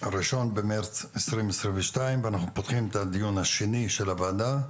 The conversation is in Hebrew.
ה-1 במרץ 2022 ואנחנו פותחים את הדיון השני של הוועדה.